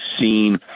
seen